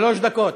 שלוש דקות.